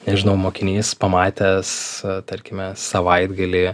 nežinau mokinys pamatęs tarkime savaitgalį